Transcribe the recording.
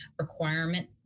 requirement